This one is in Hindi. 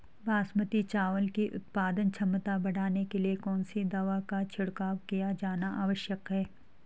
बासमती चावल की उत्पादन क्षमता बढ़ाने के लिए कौन सी दवा का छिड़काव किया जाना आवश्यक है?